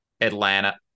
Atlanta